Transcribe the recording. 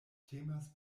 temas